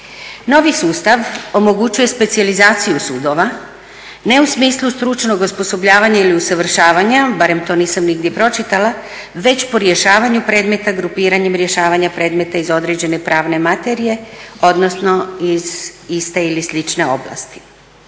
Novi sustav omogućuje specijalizaciju sudova, ne u smislu stručnog osposobljavanja ili usavršavanja, barem to nisam nigdje pročitala, već po rješavanju predmeta grupiranjem, rješavanja predmeta iz određene pravne materije, odnosno iz slične ili iste oblasti.